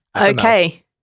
Okay